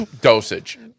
dosage